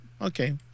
okay